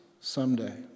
someday